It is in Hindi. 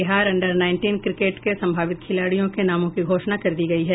बिहार अंडर नाईटीन क्रिकेट के संभावित खिलाड़ियों के नामों की घोषणा कर दी गयी है